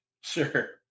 Sure